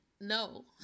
no